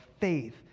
faith